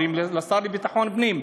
אומרים לשר לביטחון פנים: